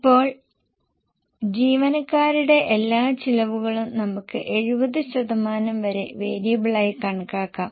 ഇപ്പോൾ ജീവനക്കാരുടെ എല്ലാ ചിലവുകളും നമുക്ക് 70 ശതമാനം വരെ വേരിയബിളായി കണക്കാക്കാം